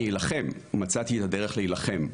אני אילחם, מצאתי את הדרך להילחם.